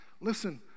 listen